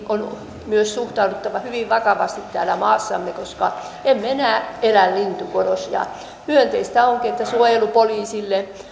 on myös suhtauduttava hyvin vakavasti täällä maassamme koska emme enää elä lintukodossa myönteistä onkin että suojelupoliisille